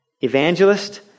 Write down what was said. evangelist